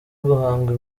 guhanga